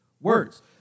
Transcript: words